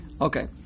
okay